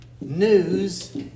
news